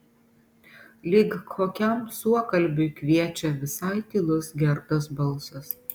lyg kokiam suokalbiui kviečia visai tylus gerdos balsas